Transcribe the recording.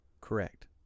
Correct